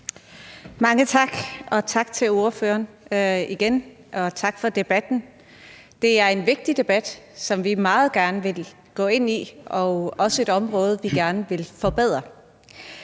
Mange tak. Tak til ordføreren igen, og tak for debatten. Det er en vigtig debat, som vi meget gerne vil gå ind i, og også et område, vi gerne vil forbedre.